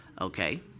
okay